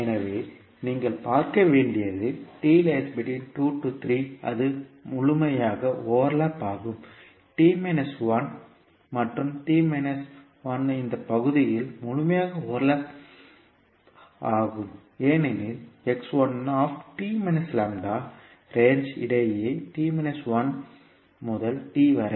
எனவே நீங்கள் பார்க்க வேண்டியது அது முழுமையாக ஓவர்லப் ஆகும் மற்றும் இந்த பகுதியில் முழுமையாக ஓவர்லப் ஆகும் ஏனெனில் ரேஞ்ச் இடை யே முதல் t வரை